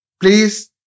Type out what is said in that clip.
please